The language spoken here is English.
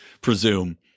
presume